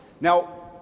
Now